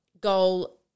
goal